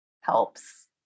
helps